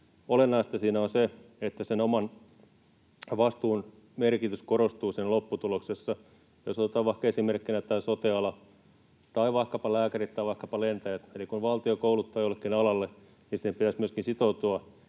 Olennaista siinä on se, että oman vastuun merkitys korostuu lopputuloksessa. Jos otetaan vaikka esimerkkinä tämä sote-ala tai vaikkapa lääkärit tai vaikkapa lentäjät: Kun valtio kouluttaa jollekin alalle, niin siihen pitäisi myöskin sitoutua,